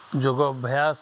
ଯୋଗ ଅଭ୍ୟାସ